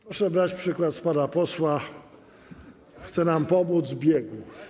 Proszę brać przykład z pana posła, chce nam pomóc w biegu.